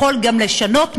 יכול גם לשנות מציאות,